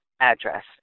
address